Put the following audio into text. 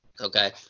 okay